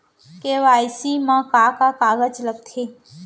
KYC मा का का कागज लगथे?